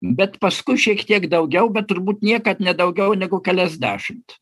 bet paskui šiek tiek daugiau bet turbūt niekad ne daugiau negu keliasdešimt